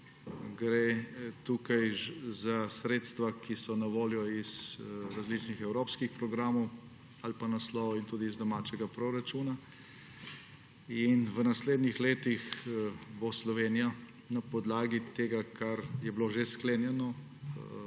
gre za sredstva, ki so na voljo iz različnih evropskih programov ali naslovov in tudi iz domačega proračuna. V naslednjih letih bo Slovenija na podlagi tega, kar je bilo že sklenjeno